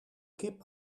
kip